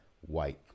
white